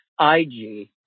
IG